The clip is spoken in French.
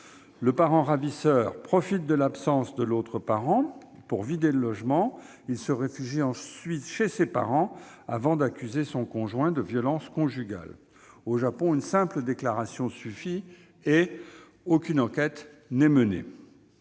Le parent ravisseur profite de l'absence de l'autre parent pour vider le logement. Il se réfugie ensuite chez ses parents avant d'accuser son conjoint de violences conjugales. Au Japon, une simple déclaration suffit et aucune enquête n'est menée.